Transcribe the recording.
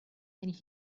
and